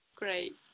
Great